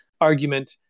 argument